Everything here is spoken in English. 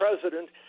president